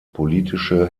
politische